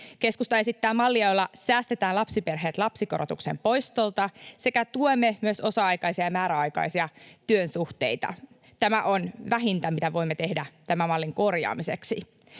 Keskusta esittää mallia, jolla säästetään lapsiperheet lapsikorotuksen poistolta, sekä tuemme myös osa-aikaisia ja määräaikaisia työsuhteita. Tämä on vähintä, mitä voimme tehdä tämän mallin korjaamiseksi.